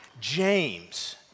James